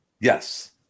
Yes